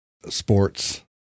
sports